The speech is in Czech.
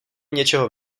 něčeho